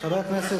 נכון,